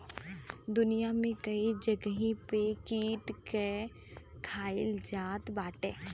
दुनिया में कई जगही पे कीट के खाईल जात बाटे